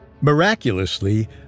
Miraculously